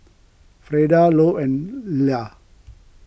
Frieda Lou and Ilah